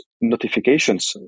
notifications